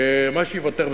מה שייוותר,